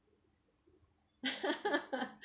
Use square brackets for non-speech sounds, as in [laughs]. [laughs]